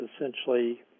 essentially